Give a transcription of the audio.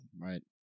Right